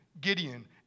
Gideon